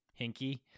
hinky